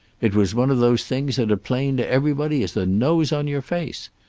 it was one of those things that are plain to everybody as the nose on your face.